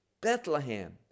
Bethlehem